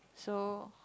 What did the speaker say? so